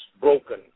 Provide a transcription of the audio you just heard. broken